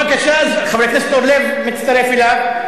בבקשה, חבר הכנסת אורלב מצטרף אליו.